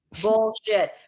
Bullshit